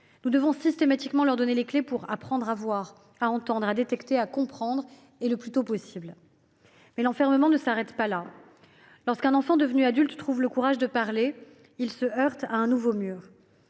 Nous devons systématiquement leur donner les clés pour apprendre à voir, à entendre, à détecter, à comprendre, et ce le plus tôt possible. Mais l’enfermement ne s’arrête pas là : lorsque l’enfant devenu adulte trouve le courage de parler, il se heurte à un nouveau mur.